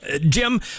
Jim